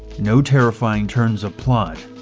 no terrifying turns of plot,